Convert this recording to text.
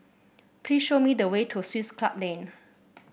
please show me the way to Swiss Club Lane